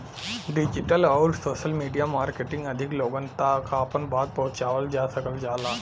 digital आउर social media marketing अधिक लोगन तक आपन बात पहुंचावल जा सकल जाला